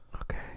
Okay